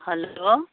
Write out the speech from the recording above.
hello